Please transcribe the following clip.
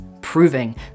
proving